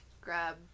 grab